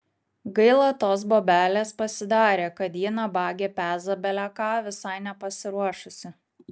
gaila tos bobelės pasidarė kad ji nabagė peza bele ką visai nepasiruošusi